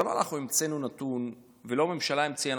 לא אנחנו המצאנו נתון ולא הממשלה המציאה,